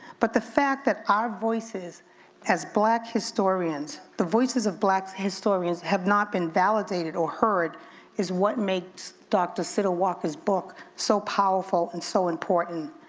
but the fact that our voices as black historians, the voices of blacks historians have not been validated or heard is what makes dr. siddle walker's book so powerful and so important.